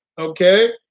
okay